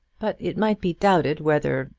but it might be doubted whether,